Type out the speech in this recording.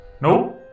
No